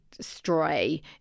stray